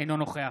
אינו נוכח